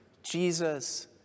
Jesus